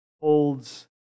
holds